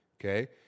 okay